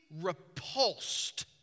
repulsed